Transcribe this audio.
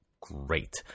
great